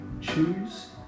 Choose